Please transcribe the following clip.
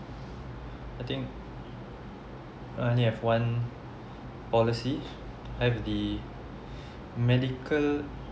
I think I only have one policy I have the medical